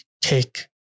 take